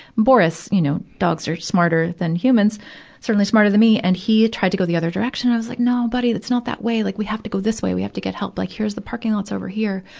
boris, you know, dogs are smarter than human certainly smarter than me and he tried to go the other direction. and i was like, no, buddy. it's not that way. like we have to go this way we have to get help. like, here's the parking lot's over here.